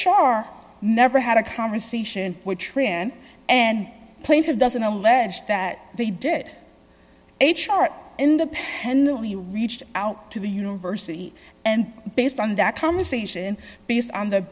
r never had a conversation with tran and plaintive doesn't allege that they did a chart independently reached out to the university and based on that conversation based on the